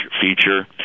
feature